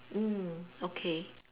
mm okay